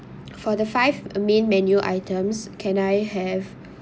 for the five main menu items can I have